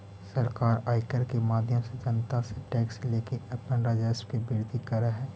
सरकार आयकर के माध्यम से जनता से टैक्स लेके अपन राजस्व के वृद्धि करऽ हई